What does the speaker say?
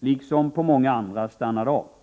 liksom på många andra stannade av.